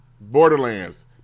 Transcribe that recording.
borderlands